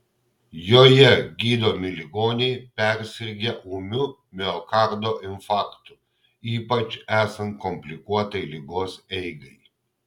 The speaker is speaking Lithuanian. joje gydomi ligoniai persirgę ūmiu miokardo infarktu ypač esant komplikuotai ligos eigai